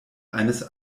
eines